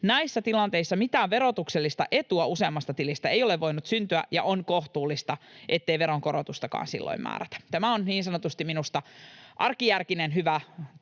Näissä tilanteissa mitään verotuksellista etua useammasta tilistä ei ole voinut syntyä, ja on kohtuullista, ettei veronkorotustakaan silloin määrätä. Tämä on minusta niin sanotusti arkijärkinen, hyvä,